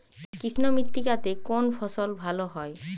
কৃষ্ণ মৃত্তিকা তে কোন ফসল ভালো হয়?